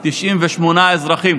98 אזרחים,